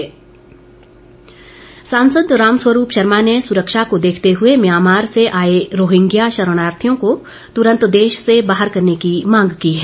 रामस्वरूप सांसद रामस्वरूप शर्मा ने सुरक्षा को देखते हुए म्यांमार से आए रोहिंग्या शरणार्थियों को तुरंत देश से बाहर करने की मांग की है